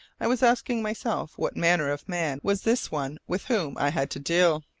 i was asking myself what manner of man was this one with whom i had to deal.